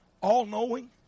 all-knowing